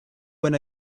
when